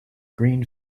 green